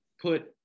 put